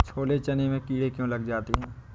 छोले चने में कीड़े क्यो लग जाते हैं?